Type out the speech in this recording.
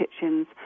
kitchens